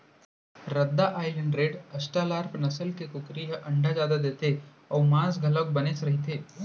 रद्दा Island Red, Australorp नसल के कुकरी ह अंडा जादा देथे अउ मांस घलोक बनेच रहिथे